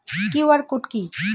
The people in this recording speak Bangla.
কিউ.আর কোড কি?